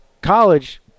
college